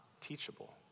teachable